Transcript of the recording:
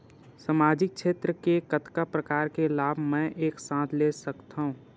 सामाजिक क्षेत्र के कतका प्रकार के लाभ मै एक साथ ले सकथव?